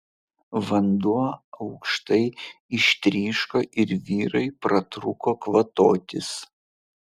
vanduo aukštai ištryško ir vyrai pratrūko kvatotis